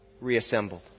reassembled